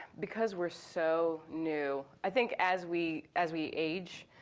because we're so new, i think as we as we age,